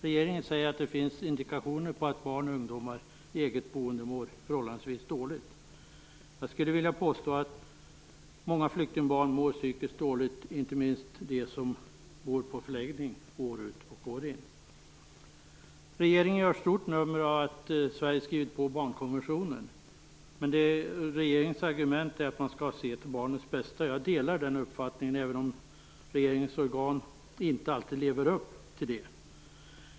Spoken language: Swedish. Regeringen säger att det finns indikationer på att barn och ungdomar i eget boende mår förhållandevis dåligt. Jag skulle vilja påstå att många flyktingbarn mår psykiskt dåligt, inte minst de som bor på förläggning år ut och år in. Regeringen gör ett stort nummer av att Sverige har skrivit under barnkonventionen. Regeringens argument är att man skall se till barnens bästa. Jag delar den uppfattningen, även om regeringens organ inte alltid lever upp till den.